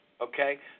okay